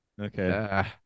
Okay